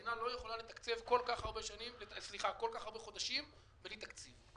המדינה לא יכולה לתפקד כל כך הרבה חודשים בלי תקציב.